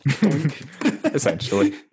Essentially